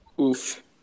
Oof